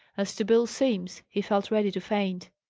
as to bill simms, he felt ready to faint.